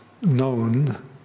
known